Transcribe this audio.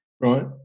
right